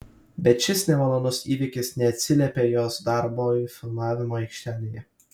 bet šis nemalonus įvykis neatsiliepė jos darbui filmavimo aikštelėje